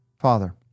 Father